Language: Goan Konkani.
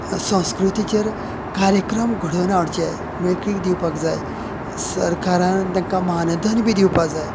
संस्कृतीचेर कार्यक्रम घडोवन हाडचे मेळीक दिवपाक जाय सरकारान तांकां मानधन बी दिवपा जाय